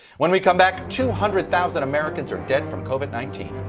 when we come back, two hundred thousand americans are dead from covid nineteen,